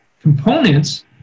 components